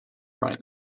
right